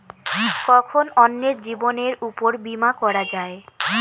কখন অন্যের জীবনের উপর বীমা করা যায়?